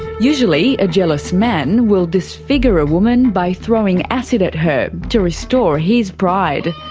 usually a jealous man will disfigure a woman by throwing acid at her, to restore his pride.